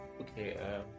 okay